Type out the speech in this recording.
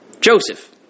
Joseph